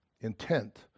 intent